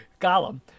Gollum